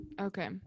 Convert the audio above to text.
okay